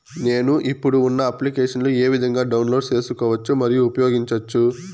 నేను, ఇప్పుడు ఉన్న అప్లికేషన్లు ఏ విధంగా డౌన్లోడ్ సేసుకోవచ్చు మరియు ఉపయోగించొచ్చు?